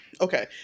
Okay